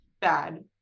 bad